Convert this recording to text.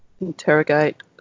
interrogate